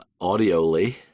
audioly